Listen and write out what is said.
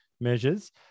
measures